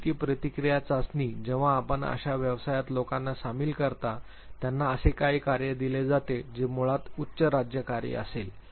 परिस्थिती प्रतिक्रिया चाचणी जेव्हा आपण अशा व्यवसायात लोकांना सामील करता ज्यांना असे काही कार्य दिले जाते जे मुळात उच्च राज्य कार्य असेल